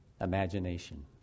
imagination